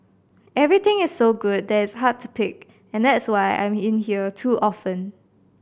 everything is so good that it's hard to pick and that's why I'm in here too often